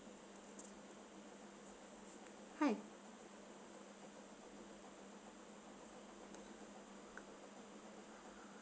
hi